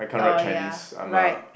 orh ya right